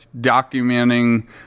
documenting –